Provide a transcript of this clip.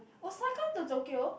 Osaka to Tokyo